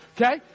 Okay